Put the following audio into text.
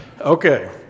Okay